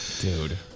Dude